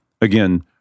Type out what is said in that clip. again